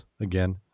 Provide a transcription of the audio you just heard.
again